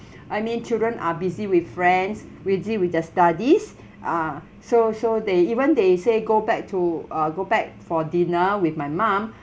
I mean children are busy with friends busy with their studies ah so so they even they say go back to uh go back for dinner with my mom